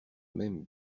même